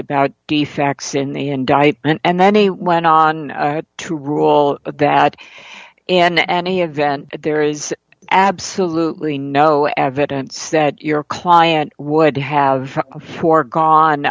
guy and then he went on to rule that in any event there is absolutely no evidence that your client would have foregone